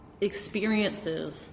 experiences